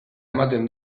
ematen